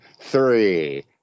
three